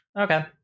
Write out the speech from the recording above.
Okay